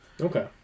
Okay